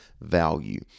value